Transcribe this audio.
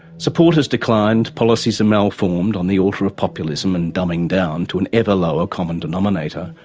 support has declined, policies are malformed on the altar of populism and dumbing down to an ever lower common denominator,